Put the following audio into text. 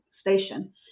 station